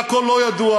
והכול לא ידוע,